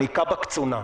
אני קב"א קצונה,